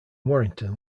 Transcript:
warrington